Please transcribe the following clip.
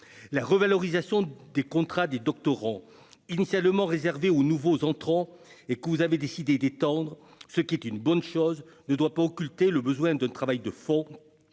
La revalorisation des contrats des doctorants, initialement réservée aux nouveaux entrants et que vous avez décidé d'étendre, ce qui est une bonne chose, ne doit pas occulter le besoin d'un travail de fond